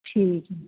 ਠੀਕ ਹੈ